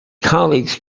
colleagues